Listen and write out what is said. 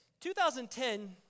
2010